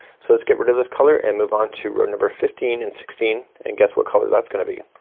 so let's get rid of this color and move on to row number fifteen and sixteen and guess what color that's gonna be.